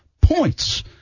points